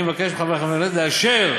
אני מבקש מחברי הכנסת לאשר